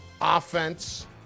offense